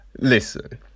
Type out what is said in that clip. listen